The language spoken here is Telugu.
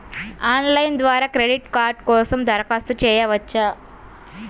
ఆన్లైన్ ద్వారా క్రెడిట్ కార్డ్ కోసం దరఖాస్తు చేయవచ్చా?